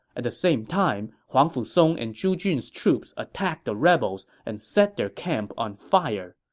at the same time, huangfu song and zhu jun's troops attacked the rebels and set their camp on fire.